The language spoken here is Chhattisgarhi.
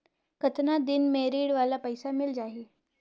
कतना दिन मे ऋण वाला पइसा मिल जाहि?